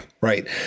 right